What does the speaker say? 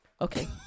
Okay